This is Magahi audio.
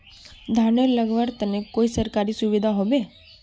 धानेर लगवार तने कोई सरकारी सुविधा होबे?